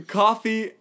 coffee